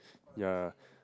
ya